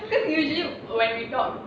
because usually when we talk